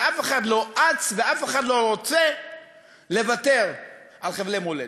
אף אחד לא אץ ואף אחד לא רוצה לוותר על חבלי מולדת.